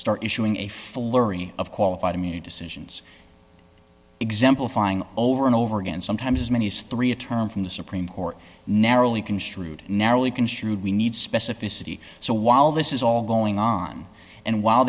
start issuing a flurry of qualified immunity decisions exemplifying over and over again sometimes as many as three a term from the supreme court narrowly construed narrowly construed we need specificity so while this is all going on and while